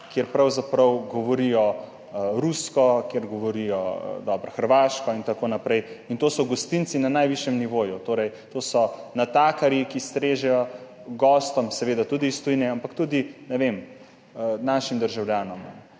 kjer pravzaprav govorijo rusko, kjer govorijo hrvaško in tako naprej? In to so gostinci na najvišjem nivoju. Torej, to so natakarji, ki strežejo gostom, seveda tudi iz tujine, ampak tudi našim državljanom.